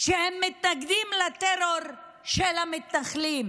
שהם מתנגדים לטרור של המתנחלים.